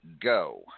go